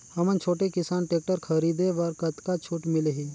हमन छोटे किसान टेक्टर खरीदे बर कतका छूट मिलही?